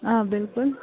آ بِلکُل